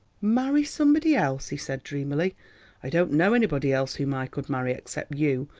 marry somebody else, he said dreamily i don't know anybody else whom i could marry except you,